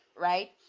Right